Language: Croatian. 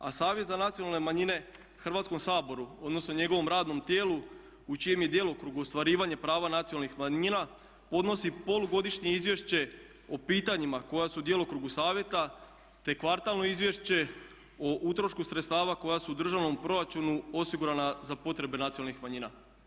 A Savjet za nacionalne manjine Hrvatskom saboru, odnosno njegovom radnom tijelu u čijem je djelokrugu ostvarivanje prava nacionalnih manjina podnosi polugodišnje izvješće o pitanjima koja su u djelokrugu Savjeta, te kvartalno izvješće o utrošku sredstava koja su u državnom proračunu osigurana za potrebe nacionalnih manjina.